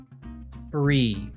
breathe